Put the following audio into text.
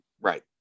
Right